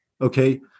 Okay